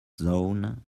zone